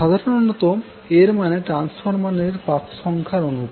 সাধারনত এর মানে ট্রান্সফরমারের পাক সংখ্যা অনুপাত